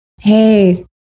Hey